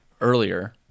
earlier